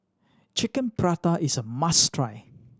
Chicken Pasta is a must try